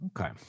Okay